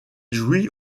jouit